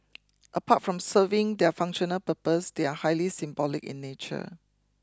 apart from serving their functional purpose they are highly symbolic in nature